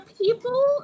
people